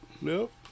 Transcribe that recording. Nope